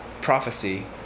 prophecy